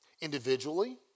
Individually